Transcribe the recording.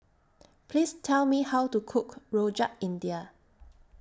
Please Tell Me How to Cook Rojak India